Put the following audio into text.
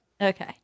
okay